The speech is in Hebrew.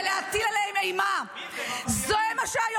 שיהיה ברור,